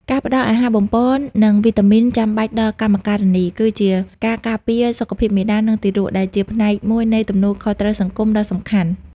ការផ្ដល់អាហារបំប៉ន និងវីតាមីនចាំបាច់ដល់កម្មការិនី គឺជាការការពារសុខភាពមាតា និងទារក ដែលជាផ្នែកមួយនៃទំនួលខុសត្រូវសង្គមដ៏សំខាន់។